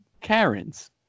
Karens